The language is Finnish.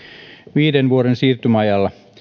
viiden vuoden siirtymäajalla